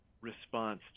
response